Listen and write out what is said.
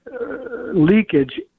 leakage